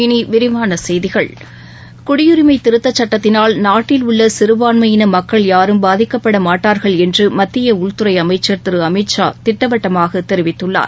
இனி விரிவான செய்திகள் குடியுரிமை திருத்தச் சட்டத்தினால் நாட்டில் உள்ள சிறுபான்யின மக்கள் யாரும் பாதிக்கப்படமாட்டர்கள் என்று மத்திய உள்துறை அமைச்சர் திரு அமித்ஷா திட்டவட்டமாக தெரிவித்துள்ளார்